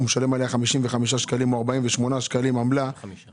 משלם 55 שקלים או 48 שקלים עמלה אם הוראת הקבע חזרה.